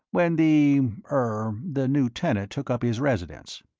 when the er the new tenant took up his residence.